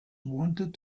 wanted